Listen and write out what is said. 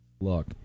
Look